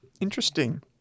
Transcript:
Interesting